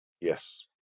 Yes